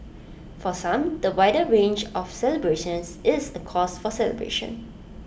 for some the wider range of celebrations is A cause for celebration